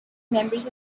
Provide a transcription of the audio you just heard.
members